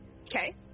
Okay